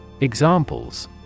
Examples